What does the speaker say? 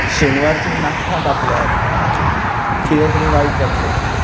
शेनवारची नाखटां कापल्यार कितें तरी वायट जातलें